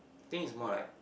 I think is more like